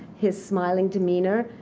his smiling demeanor.